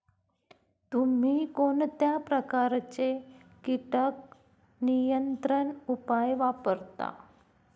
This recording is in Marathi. तुम्ही कोणत्या प्रकारचे कीटक नियंत्रण उपाय वापरता?